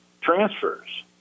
transfers